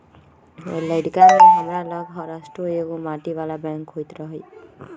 लइरका में हमरा लग हरशठ्ठो एगो माटी बला बैंक होइत रहइ